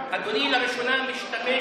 אדוני לראשונה משתמש